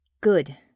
Good